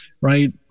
right